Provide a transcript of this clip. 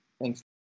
Thanks